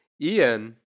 Ian